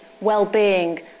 well-being